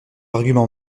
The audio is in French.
argument